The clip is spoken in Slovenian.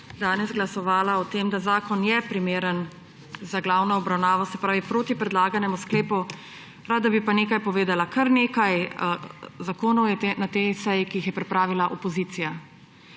danes glasovala za to, da zakon je primeren za glavno obravnavo, se pravi proti predlaganemu sklepu. Rada bi pa nekaj povedala. Kar nekaj zakonov je na tej seji, ki jih je pripravila opozicija.